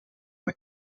met